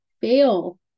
fail